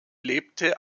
lebte